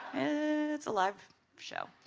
it's. a live show.